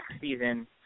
season